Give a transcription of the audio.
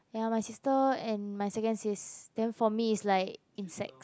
ya my sister and my second sis then for me is like insects